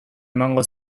emango